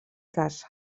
caça